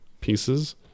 pieces